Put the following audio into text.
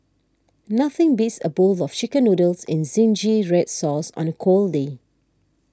nothing beats a bowl of Chicken Noodles in Zingy Red Sauce on a cold day